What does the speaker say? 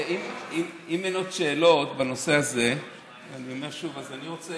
אם אין עוד שאלות בנושא הזה אני רוצה